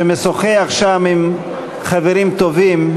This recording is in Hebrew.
שמשוחח שם עם חברים טובים.